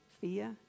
fear